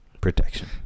protection